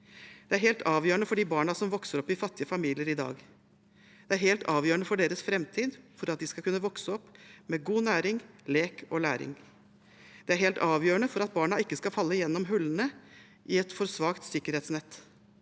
Det er helt avgjørende for de barna som vokser opp i fattige familier i dag, og det er helt avgjørende for deres framtid, for at de skal kunne vokse opp med god næring, lek og læring. Det er helt avgjørende for at barna ikke skal falle gjennom hullene i et for svakt sikkerhetsnett,